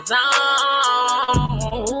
Zone